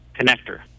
connector